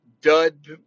dud